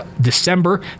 December